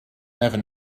never